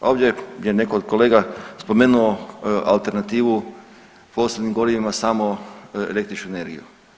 Ovdje je netko od kolega spomenuo alternativu o fosilnim gorivima samo električnu energiju.